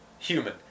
Human